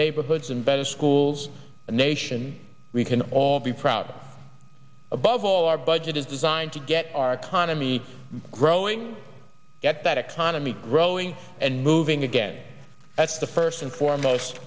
neighborhoods and better schools a nation we can all be proud of above all our budget is designed to get our economy growing get that economy growing and moving again that's the first and foremost